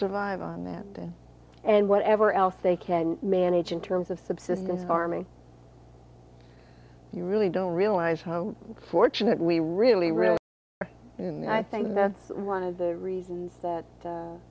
survive on that and whatever else they can manage in terms of subsistence farming you really don't realize how fortunate we really really are and i think that's one of the reasons that